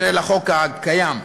של החוק הקיים.